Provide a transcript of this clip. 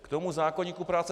K tomu zákoníku práce.